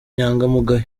inyangamugayo